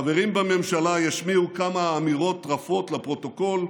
חברים בממשלה ישמיעו כמה אמירות רפות לפרוטוקול,